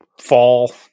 fall